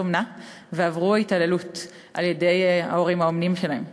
אומנה ועברו התעללות על-ידי ההורים האומנים שלהם.